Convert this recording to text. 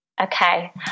Okay